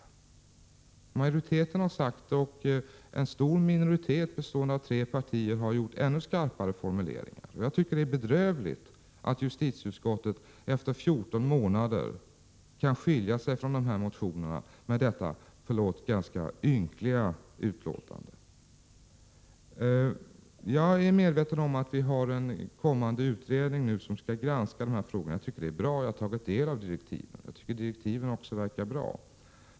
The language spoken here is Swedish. Där har majoriteten sagt det, och en stor minoritet bestående av tre partier har gjort ännu skarpare formuleringar. Det är bedrövligt att justitieutskottet efter fjorton månader kan skilja sig från dessa motioner med detta — förlåt uttrycket — ynkliga betänkande. Jag är medveten om att en kommande utredning skall granska frågorna, och det är bra. Jag har tagit del av direktiven och tycker att de också verkar bra.